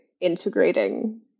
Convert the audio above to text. integrating